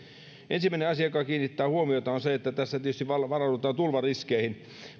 ensimmäinen asia joka kiinnittää huomiota on se että tässä tietysti varaudutaan tulvariskeihin